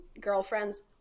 Girlfriends